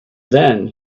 then